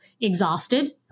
exhausted